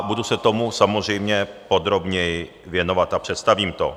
Budu se tomu samozřejmě podrobněji věnovat a představím to.